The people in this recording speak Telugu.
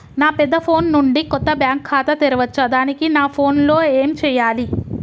నా పెద్ద ఫోన్ నుండి కొత్త బ్యాంక్ ఖాతా తెరవచ్చా? దానికి నా ఫోన్ లో ఏం చేయాలి?